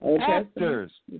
Actors